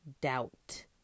doubt